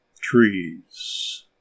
trees